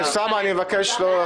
אוסאמה, אני מבקש לא להפריע.